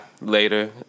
later